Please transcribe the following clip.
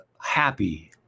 happy